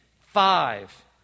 five